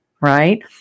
right